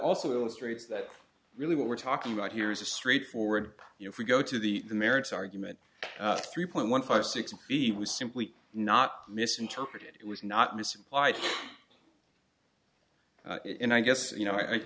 also illustrates that really what we're talking about here is a straightforward you know if we go to the merits argument three point one five six feet was simply not misinterpreted it was not misapplied and i guess you know i